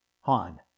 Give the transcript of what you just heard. Han